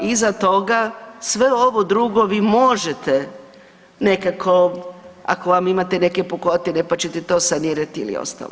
Iza toga, sve ovo drugo vi možete nekako, ako vam imate neke pukotine pa ćete to sanirati ili ostalo.